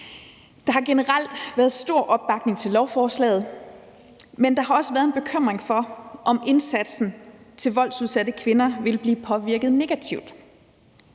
Der har generelt været stor opbakning til lovforslaget, men der har også været en bekymring for, om indsatsen til voldsudsatte kvinder ville blive påvirket negativt.